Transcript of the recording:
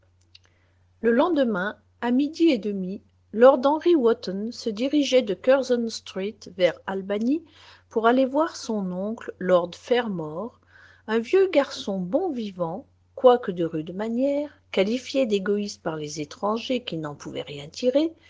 e lendemain à midi et demi lord henry wotton se dirigeait de curzon street vers albany pour aller voir son oncle lord fermor un vieux garçon bon vivant quoique de rudes manières qualifié d'égoïste par les étrangers qui n'en pouvaient rien tirer